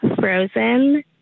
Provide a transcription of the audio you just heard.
frozen